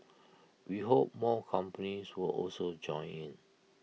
we hope more companies will also join in